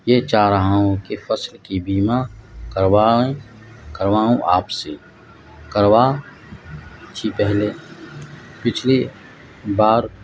یہ چاہ رہا ہوں کہ فصل کی بیمہ کرویں کرواؤں آپ سے کروا اچھی پہلے پچھلی بار